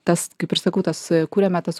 tas kaip ir sakau tas kuriame tas